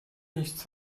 nichts